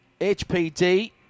HPD